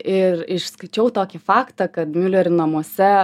ir išskaičiau tokį faktą kad miulerių namuose